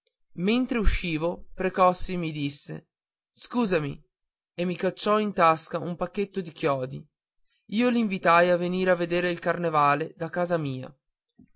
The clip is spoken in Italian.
mentre uscivo precossino mi disse scusami e mi cacciò in tasca un pacchetto di chiodi io l'invitai a venir a vedere il carnevale da casa mia